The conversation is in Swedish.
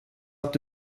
att